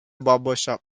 barbershop